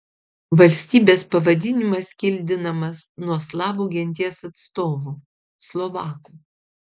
valstybės pavadinimas kildinamas nuo slavų genties atstovų slovakų